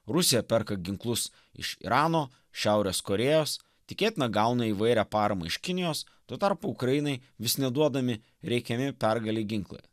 rusija perka ginklus iš irano šiaurės korėjos tikėtina gauna įvairią paramą iš kinijos tuo tarpu ukrainai vis neduodami reikiami pergalei ginklai